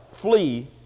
flee